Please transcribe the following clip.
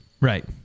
right